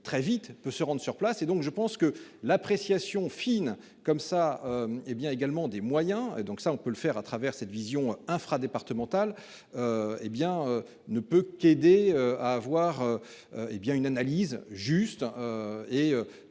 très vite peut se rendent sur place et donc je pense que l'appréciation fine comme ça hé bien également des moyens et donc ça on peut le faire à travers cette vision infra-départementale. Hé bien, ne peut qu'aider à avoir. Hé bien une analyse juste. Et